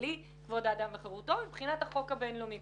הישראלי כבוד האדם וחירותו ומבחינת החוק הבין-לאומי?